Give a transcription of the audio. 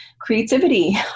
creativity